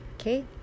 Okay